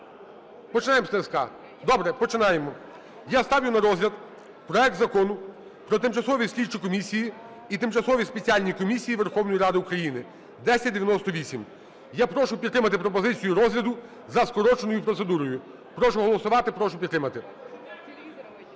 Починаємо з ТСК. Добре, починаємо. Я ставлю на розгляд проект Закону про тимчасові слідчі комісії і тимчасові спеціальні комісії Верховної Ради України (1098). Я прошу підтримати пропозицію розгляду за скороченою процедурою. Прошу голосувати. Прошу підтримати.